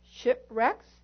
Shipwrecks